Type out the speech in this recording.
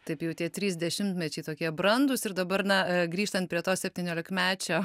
taip jau tie trys dešimtmečiai tokie brandūs ir dabar na grįžtant prie to septyniolikmečio